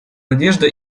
надежды